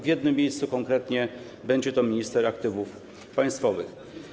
W jednym miejscu - konkretnie będzie to minister aktywów państwowych.